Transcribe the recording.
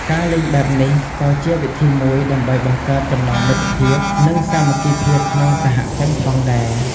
ការលេងបែបនេះក៏ជាវិធីមួយដើម្បីបង្កើតចំណងមិត្តភាព និងសាមគ្គីភាពក្នុងសហគមន៍ផងដែរ។